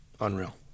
unreal